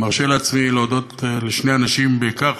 אני מרשה לעצמי להודות לשני אנשים בעיקר,